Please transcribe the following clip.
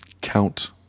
Count